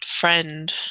friend